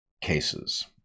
cases